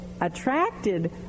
attracted